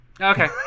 okay